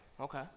Okay